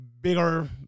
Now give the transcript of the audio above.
bigger